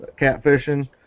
catfishing